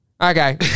Okay